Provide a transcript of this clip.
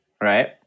right